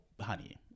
honey